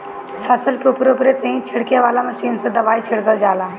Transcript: फसल के उपरे उपरे से ही छिड़के वाला मशीन से दवाई छिड़का जाला